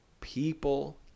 people